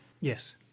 Yes